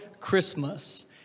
Christmas